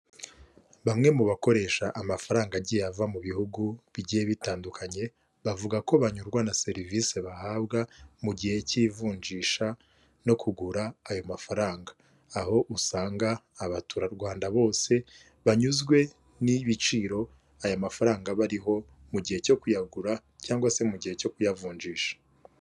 Bamwe mu bakoresha amafaranga agiye ava mu bihugu bigiye bitandukanye, bavuga ko banyurwa na serivisi bahabwa mu gihe cy'ivunjisha no kugura ayo mafaranga; aho usanga abatura Rwanda bose banyuzwe n'ibiciro aya mafaranga bariho mu gihe cyo kuyagura cyangwa se mu gihe cyo kuyavunjisha.